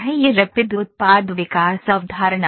यह रैपिड उत्पाद विकास अवधारणा है